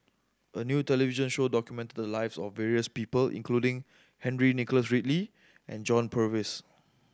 a new television show documented the lives of various people including Henry Nicholas Ridley and John Purvis